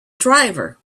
driver